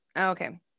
Okay